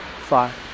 five